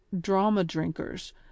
drama-drinkers